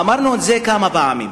אמרנו את זה כמה פעמים: